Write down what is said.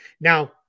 Now